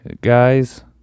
Guys